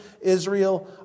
Israel